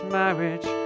marriage